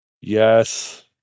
Yes